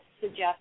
suggest